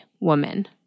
woman